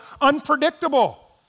unpredictable